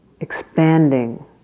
expanding